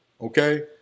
Okay